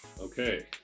Okay